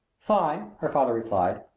fine! her father replied.